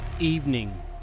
evening